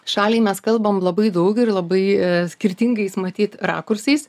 šaliai mes kalbam labai daug ir labai skirtingais matyt rakursais